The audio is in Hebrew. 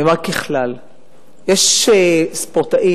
קודם כול,